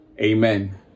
amen